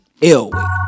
Elway